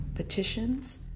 Petitions